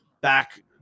back